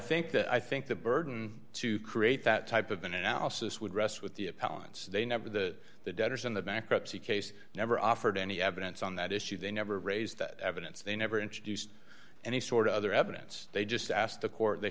think that i think the burden to create that type of analysis would rest with the appellants they never the the debtors and the bankruptcy case never offered any evidence on that issue they never raised that evidence they never introduced any sort of other evidence they just asked the court they